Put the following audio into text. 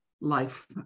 life